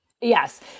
Yes